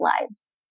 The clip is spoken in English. lives